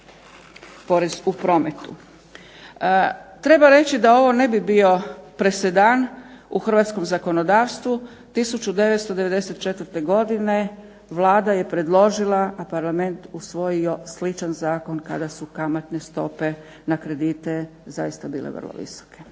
Treba reći da ovo ne bi bio presedan u hrvatskom zakonodavstvu. 1994. godine Vlada je predložila, a Parlament usvojio sličan zakon kada su kamatne stope na kredite zaista bile vrlo visoke.